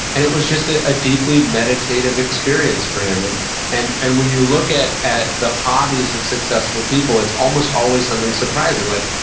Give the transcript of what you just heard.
and it was just a ah deeply meditative experience for him. and and and when you look at at the hobbies of successful people, it's almost always something surprising like,